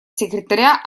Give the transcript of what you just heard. секретаря